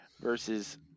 versus